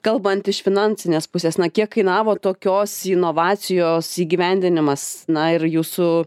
kalbant iš finansinės pusės na kiek kainavo tokios inovacijos įgyvendinimas na ir jūsų